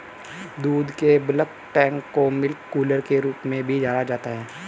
दूध के bulk tank को मिल्क कूलर के रूप में भी जाना जाता है